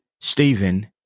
Stephen